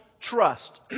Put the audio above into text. trust